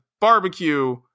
barbecue